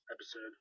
episode